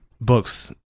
books